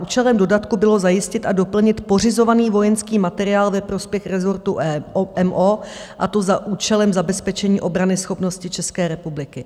Účelem dodatku bylo zajistit a doplnit pořizovaný vojenský materiál ve prospěch rezortu MO, a to za účelem zabezpečení obranyschopnosti České republiky.